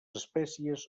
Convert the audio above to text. espècies